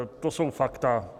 To jsou fakta.